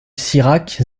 sirac